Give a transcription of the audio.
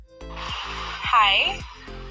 Hi